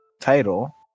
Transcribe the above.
title